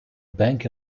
bank